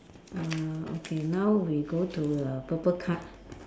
uh okay now we go to the purple card